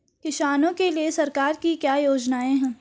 किसानों के लिए सरकार की क्या योजनाएं हैं?